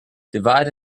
divide